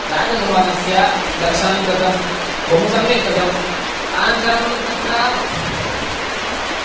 राजभवनस्य दर्शनं कृतं बहु सम्यक् कृतम् अनन्तरं तत्र